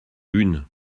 une